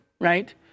right